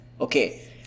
okay